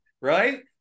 right